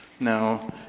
Now